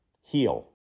Heal